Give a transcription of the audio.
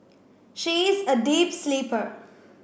she is a deep sleeper